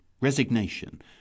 resignation